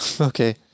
Okay